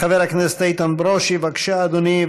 חבר הכנסת איתן ברושי, בבקשה, אדוני.